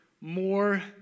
more